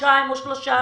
חודשיים או שלושה,